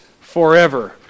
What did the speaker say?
forever